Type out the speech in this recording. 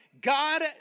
God